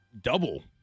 double